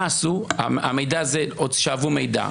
שאבו מידע.